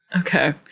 Okay